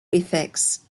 effects